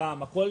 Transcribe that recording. הכול